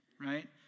right